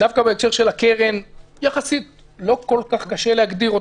ודווקא בהקשר של הקרן לא כל כך קשה להגדיר אותם.